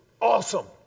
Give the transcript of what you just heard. awesome